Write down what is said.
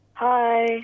Hi